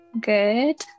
Good